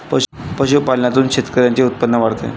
पशुपालनातून शेतकऱ्यांचे उत्पन्न वाढते